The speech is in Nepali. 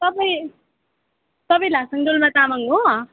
तपाईँ तपाईँ लासाङ डोल्मा तामाङ हो